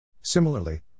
Similarly